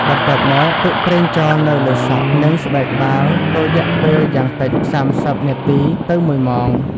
បន្ទាប់មក ទុកប្រេងចោលនៅលើសក់ និងស្បែកក្បាលរយៈពេលយ៉ាងតិច ៣០ នាទី ទៅ ១ ម៉ោង។